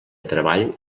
treball